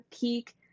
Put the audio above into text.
Peak